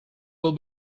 will